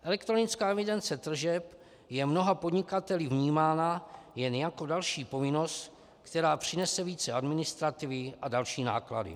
Elektronická evidence tržeb je mnoha podnikateli vnímána jen jako další povinnost, která přinese více administrativy a další náklady.